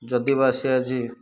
ଯଦିବା ସେ ଆଜି